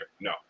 no